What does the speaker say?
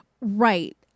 Right